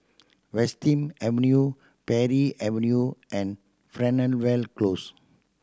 Western Avenue Parry Avenue and Fernvale Close